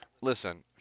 Listen